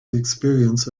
experience